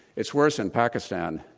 it's worse in pakistan.